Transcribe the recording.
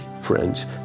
friends